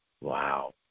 Wow